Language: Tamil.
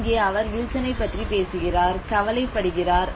இங்கே அவர் வில்சனைப் பற்றி பேசுகிறார் கவலைப்படுகிறார்